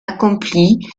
accompli